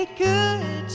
good